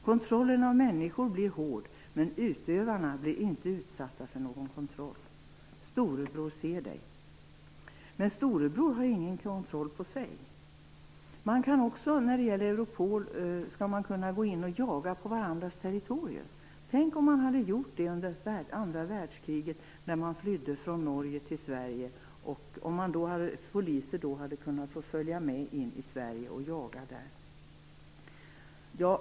Kontrollen av människor blir hård, men utövarna blir inte utsatta för någon kontroll. Storebror ser dig - men storebror har ingen kontroll på sig. Man skall också inom Europol kunna gå in och jaga på varandras territorier. Tänk om man hade gjort det under andra världskriget när människor flydde från Norge till Sverige! Tänk om polisen då hade kunnat följa med in i Sverige och jaga här!